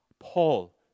Paul